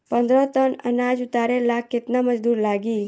पन्द्रह टन अनाज उतारे ला केतना मजदूर लागी?